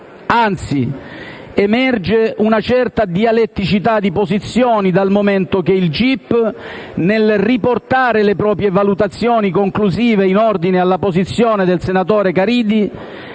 Anzi, emerge una certa dialetticità dì posizioni, dal momento che il gip, nel riportare le proprie valutazioni conclusive in ordine alla posizione del senatore Caridi,